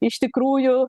iš tikrųjų